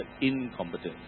incompetence